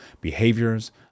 behaviors